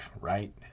right